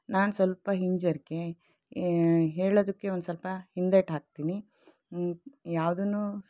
ನಾನು ಸ್ವಲ್ಪ ಹಿಂಜರಿಕೆ ಹೇಳೋದಿಕ್ಕೆ ಒಂದು ಸ್ವಲ್ಪ ಹಿಂದೇಟು ಹಾಕ್ತೀನಿ ಯಾವುದನ್ನೂ